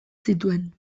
zituen